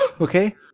okay